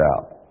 out